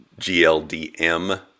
GLDM